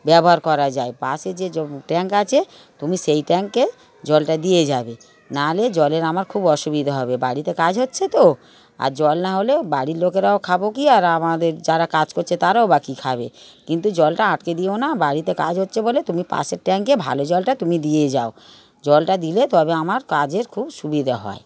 ব্যবহার করা যায় পাশে যে ট্যাংঙ্ক আছে তুমি সেই ট্যাঙ্কে জলটা দিয়ে যাবে নাহলে জলের আমার খুব অসুবিধে হবে বাড়িতে কাজ হচ্ছে তো আর জল না হলে বাড়ির লোকেরাও খাব কী আর আমাদের যারা কাজ করছে তারাও বা কী খাবে কিন্তু জলটা আটকে দিও না বাড়িতে কাজ হচ্ছে বলে তুমি পাশের ট্যাঙ্কে ভালো জলটা তুমি দিয়ে যাও জলটা দিলে তবে আমার কাজের খুব সুবিধে হয়